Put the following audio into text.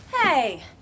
Hey